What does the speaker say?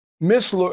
Miss